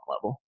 level